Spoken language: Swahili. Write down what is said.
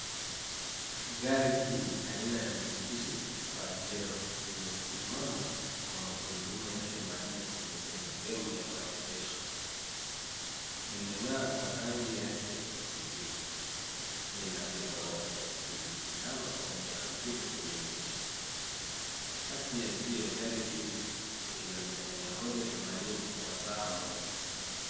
Gari hili aina ya Mitsubishi Pajero limesimama kwa magurudumu yake manne kwenye sehemu ya maegesho. Limeng'aa kwa rangi yake ya kijivu. Linabeba watu wasiozidi tano pamoja na mzigo kwenye buti. Kasi ya juu ya gari hili ni kilomita mia moja themanini kwa saa moja.